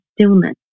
stillness